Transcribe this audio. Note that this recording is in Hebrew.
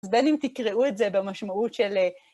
אז בין אם תקראו את זה במשמעות של...